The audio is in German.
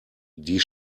die